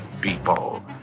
people